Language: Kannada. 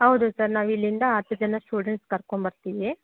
ಹೌದು ಸರ್ ನಾವಿಲ್ಲಿಂದ ಹತ್ತು ಜನ ಸ್ಟೂಡೆಂಟ್ಸ್ ಕರ್ಕೊಂಬರ್ತೀವಿ